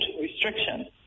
restrictions